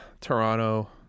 Toronto